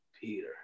peter